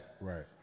Right